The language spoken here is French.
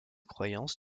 croyance